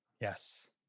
Yes